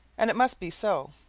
and it must be so,